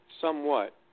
somewhat